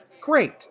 great